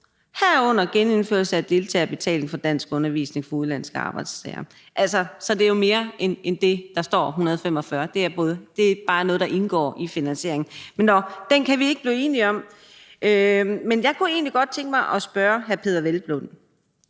herunder genindførelse af deltagerbetalingen for danskundervisning for udenlandske arbejdstagere.« Så det er jo mere end de 145 mio. kr., der nævnes i forslaget. Det er bare noget, der indgår i finansieringen. Nå, det kan vi ikke blive enige om, men jeg kunne egentlig godt tænke mig at spørge Peder Hvelplund: